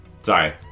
Sorry